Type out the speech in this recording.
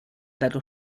dallo